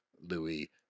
Louis